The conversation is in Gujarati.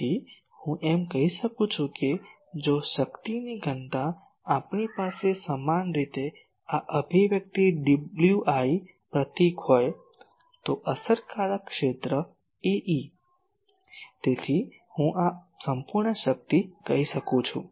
તેથી હું એમ કહી શકું છું કે જો શક્તિની ઘનતા આપણી પાસે સામાન્ય રીતે આ અભિવ્યક્તિ Wi પ્રતીક હોય તો અસરકારક ક્ષેત્ર Ae તેથી આ હું સંપૂર્ણ શક્તિ કહી શકું છું